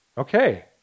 Okay